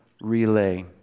relay